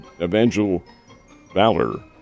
Evangel-Valor